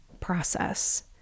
process